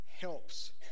helps